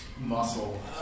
Muscle